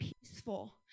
peaceful